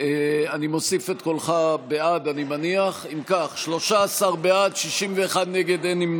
עופר כסיף, היבה יזבק, אוסאמה סעדי, יוסף ג'בארין,